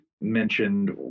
mentioned